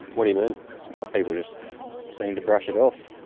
what do you mean? people just seem to brush it off.